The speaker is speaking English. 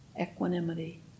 equanimity